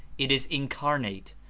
it is incarnate,